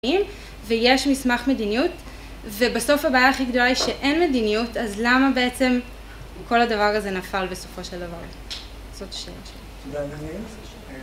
ויש מסמך מדיניות ובסוף הבעיה הכי גדולה היא שאין מדיניות אז למה בעצם כל הדבר הזה נפל בסופו של דבר? זאת השאלה שלי. תודה דניאל.